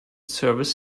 service